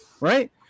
right